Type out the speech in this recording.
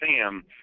SAM